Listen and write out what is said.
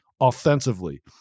offensively